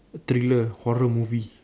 a thriller horror movie